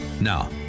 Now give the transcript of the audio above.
Now